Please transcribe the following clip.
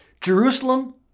Jerusalem